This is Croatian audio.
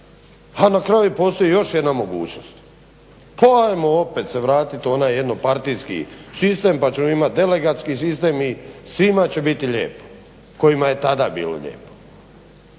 a na kraju postoji još jedna mogućnost pa hajmo se opet vratiti u onaj jednopartijski sistem pa ćemo imati delegatski sistem i svima će biti lijepo kojima je tada bilo lijepo.